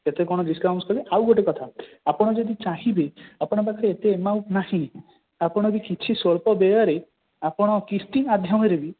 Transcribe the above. କେତେ କ'ଣ ଡିସ୍କାଉଣ୍ଟ ଦେବି ଆଉ ଗୋଟେ କଥା ଆପଣ ଯଦି ଚାହିଁବେ ଆପଣଙ୍କ ପାଖରେ ଏତେ ଏମାଉଣ୍ଟ ନାହିଁ ଆପଣ ବି କିଛି ସ୍ଵଳ୍ପ ଦେୟରେ ଆପଣ କିସ୍ତି ମାଧ୍ୟମରେ ବି